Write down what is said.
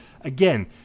again